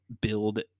build